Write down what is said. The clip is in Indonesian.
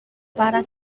parah